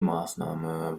maßnahme